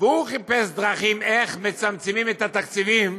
וחיפש דרכים איך מצמצמים את התקציבים